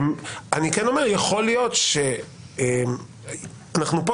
אני כן אומר שיכול להיות שאנחנו כאן